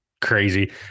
crazy